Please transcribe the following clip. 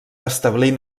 establir